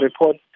report